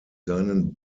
seinen